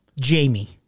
Jamie